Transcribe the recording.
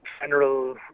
general